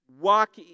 walk